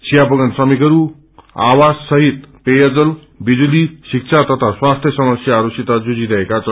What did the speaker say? यिा बगान श्रमिकहरू आवाससहित पेयजल विजुली विक्षा तथा स्वास्थ्य समस्याहरू सित जुझिरहेका छन्